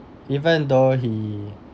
even though he